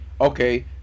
okay